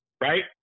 Right